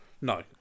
No